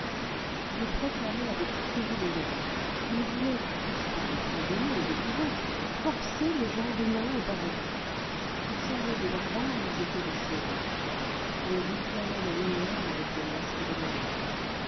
ils proclamaient avec furie le droit ils voulaient fût-ce par le tremblement et l'épouvante forcer le genre humain au paradis ils semblaient des barbares et ils étaient des sauveurs ils réclamaient la lumière avec le masque de la nuit